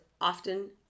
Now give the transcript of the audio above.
often